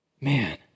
Man